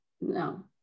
no